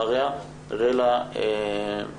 אחריה, רלה מזלי.